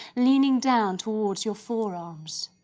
leaning down towards your forearms.